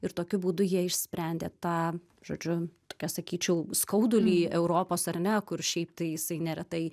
ir tokiu būdu jie išsprendė tą žodžiu tokią sakyčiau skaudulį europos ar ne kur šiaip tai jisai neretai